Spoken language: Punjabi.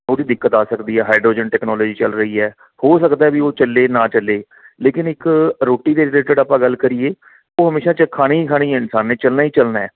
ਉਹਦੀ ਦਿੱਕਤ ਆ ਸਕਦੀ ਹੈ ਹਾਈਡਰੋਜਨ ਟੈਕਨੋਲੋਜੀ ਚੱਲ ਰਹੀ ਹੈ ਹੋ ਸਕਦਾ ਵੀ ਉਹ ਚੱਲੇ ਨਾ ਚੱਲੇ ਲੇਕਿਨ ਇੱਕ ਰੋਟੀ ਦੇ ਰਿਲੇਟਿਡ ਆਪਾਂ ਗੱਲ ਕਰੀਏ ਉਹ ਹਮੇਸ਼ਾ ਖਾਣੀ ਹੀ ਖਾਣੀ ਇਨਸਾਨ ਨੇ ਚੱਲਣਾ ਹੀ ਚੱਲਣਾ